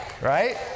Right